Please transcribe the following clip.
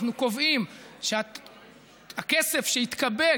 אנחנו קובעים שהכסף שיתקבל,